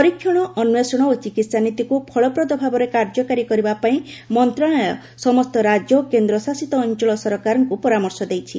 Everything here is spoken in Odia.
ପରୀକ୍ଷଣ ଅନ୍ଧେଷଣ ଓ ଚିକିତ୍ସା ନୀତିକୁ ଫଳପ୍ରଦ ଭାବେ କାର୍ଯ୍ୟକାରୀ କରିବା ପାଇଁ ମନ୍ତ୍ରଣାଳୟ ସମସ୍ତ ରାଜ୍ୟ ଓ କେନ୍ଦ୍ରଶାସିତ ଅଞ୍ଚଳ ସରକାରଙ୍କୁ ପରାମର୍ଶ ଦେଇଛି